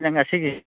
ꯑꯩꯅ ꯉꯁꯤꯒꯤ